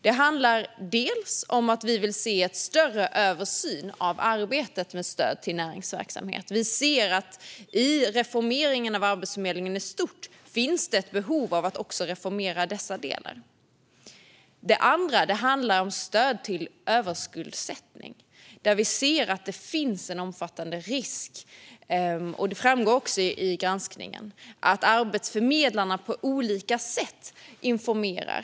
Det ena handlar om att vi vill se en större översyn av arbetet med stöd till näringsverksamhet. Vi ser att det i reformeringen av Arbetsförmedlingen i stort finns ett behov av att reformera också dessa delar. Det andra handlar om stöd till överskuldsättning, där vi ser att det finns en omfattande risk. Det framgår i granskningen att arbetsförmedlarna på olika sätt informerar.